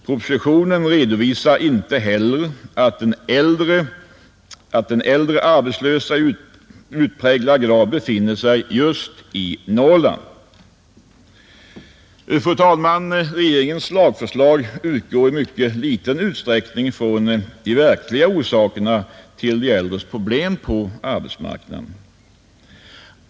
Propositionen redovisar inte heller att de äldre arbetslösa i utpräglad grad befinner sig just i Norrland. Fru talman! Regeringens lagförslag utgår i mycket liten utsträckning från de verkliga orsakerna till de äldres problem på arbetsmarknaden.